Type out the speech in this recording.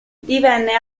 divenne